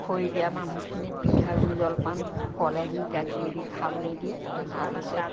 খৰি দিয়া মানুহখিনিক পিঠাগুড়ি জলপান কলেদি গাখীৰ দি খাবলৈ দিয়ে তাৰ পিছত